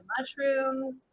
mushrooms